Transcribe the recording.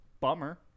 bummer